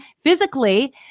physically